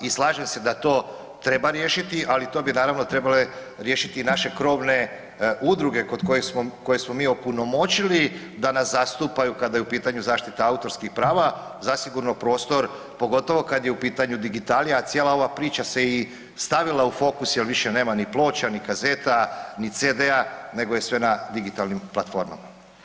I slažem se da to treba riješiti, ali to bi naravno trebalo riješiti naše krovne udruge koje smo mi opunomoćili da nas zastupaju kada je u pitanju zaštita autorskih prava, zasigurno prostor pogotovo kada je u pitanju digitalija, a cijela ova priča se i stavila u fokus jel više nema ni ploča, ni kazeta, ni CD-a nego je sve na digitalnim platformama.